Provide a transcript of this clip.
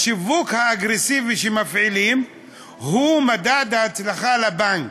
השיווק האגרסיבי שמפעילים הוא מדד ההצלחה של הבנק,